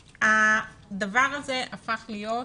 הדבר הזה הפך להיות